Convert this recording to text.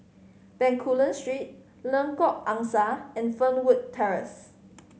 Bencoolen Street Lengkok Angsa and Fernwood Terrace